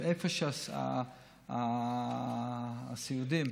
איפה שהסיעודיים.